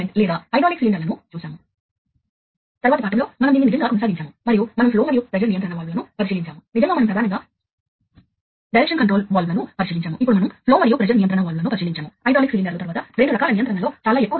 మీకు 4 20 mA technology ఉంటే అదే జతపై అదే కరెంటు లూప్లో మీరు నిజంగా అనేక పరికరాలను కనెక్ట్ చేయవచ్చు కాని ఆ పరికరాల సంఖ్య చాలా తక్కువ